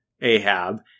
Ahab